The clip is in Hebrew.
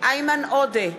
איימן עודה,